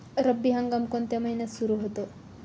रब्बी हंगाम कोणत्या महिन्यात सुरु होतो?